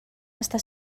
està